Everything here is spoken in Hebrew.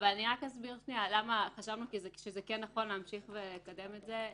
אני רק אסביר למה חשבנו שכן נכון להמשיך ולקדם את זה.